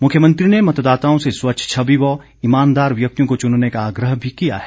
मुख्यमंत्री ने मतदाताओं से स्वच्छ छवि व ईमानदार व्यक्तियों को चुनने का आग्रह भी किया है